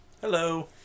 Hello